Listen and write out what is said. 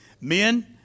men